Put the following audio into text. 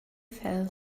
fell